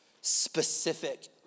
specific